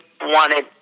wanted